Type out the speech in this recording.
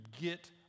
get